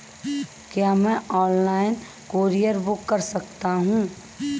क्या मैं online courier book कर सकता हूँ?